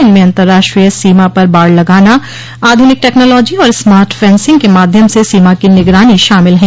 इनमें अंतराष्ट्रीय सीमा पर बाड़ लगाना आधुनिक टेक्नोलॉजी और स्मार्ट फ सिंग के माध्यम से सीमा की निगरानी शामिल है